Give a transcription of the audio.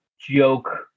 joke